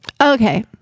Okay